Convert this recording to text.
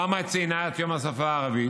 למה היא ציינה את יום השפה הערבית?